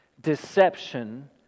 deception